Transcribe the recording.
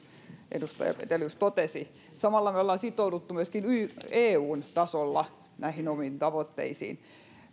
edustaja petelius totesi samalla me olemme sitoutuneet myöskin eun tasolla näihin omiin tavoitteisiimme